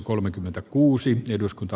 arvoisa puhemies